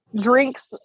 drinks